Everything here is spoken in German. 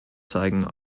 zeigen